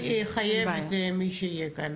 זה מה שיהיה וזה יחייב את מי שיהיה כאן.